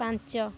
ପାଞ୍ଚ